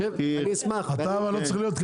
אתה לא צריך להיות,